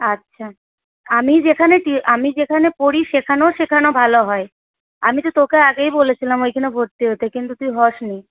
আচ্ছা আমি যেখানে আমি যেখানে পড়ি সেখানেও শেখানো ভালো হয় আমি তো তোকে আগেই বলেছিলাম ওইখানে ভর্তি হতে কিন্তু তুই হসনি